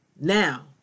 Now